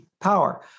Power